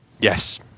Yes